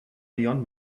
beyond